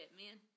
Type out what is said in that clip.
man